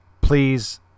Please